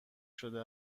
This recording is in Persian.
شده